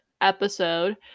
episode